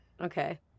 Okay